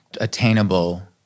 attainable